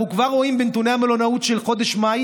אנחנו כבר רואים בנתוני המלונאות של חודש מאי